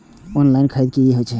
Online खरीद की होए छै?